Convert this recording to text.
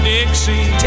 Dixie